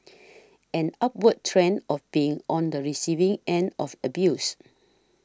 an upward trend of being on the receiving end of abuse